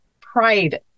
pride